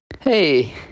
hey